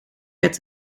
bed